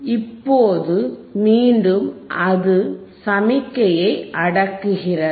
இப்போது மீண்டும் அது சமிஞையை அடக்குகிறது